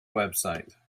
website